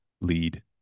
lead